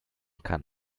kann